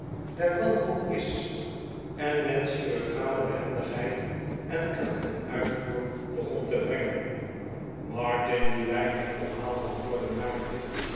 nockemorf hoop is en met chirurgicale behendigheid en kracht ten uitvoer begon te brengen martin die weinig omhaal van woorden maakte